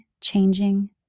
changing